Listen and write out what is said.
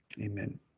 Amen